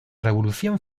revolución